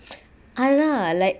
ah lah like